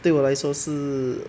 对我来说是